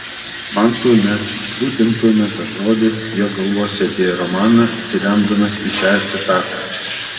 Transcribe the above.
man tuomet būtent tuomet atrodė jog galvosiu apie romaną atsiremdamas į šią citatą